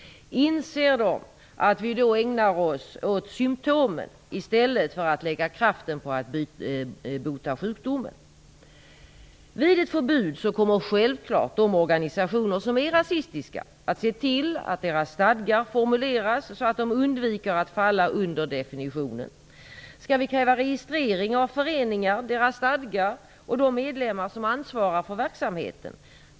Inser de att vi då ägnar oss åt symtomen i ställer för att lägga kraften på att bota sjukdomen? Vid ett förbud kommer självfallet de organisationer som är rasistiska att se till att deras stadgar formuleras så att de undviker att falla under definitionen. Skall vi kräva registrering av föreningar, deras stadgar och de medlemmar som ansvarar för verksamheten?